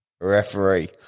Referee